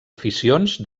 aficions